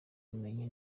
ubumenyi